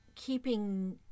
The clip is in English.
keeping